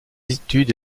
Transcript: études